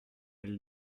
elles